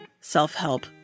self-help